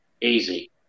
easy